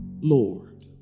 Lord